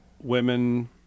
women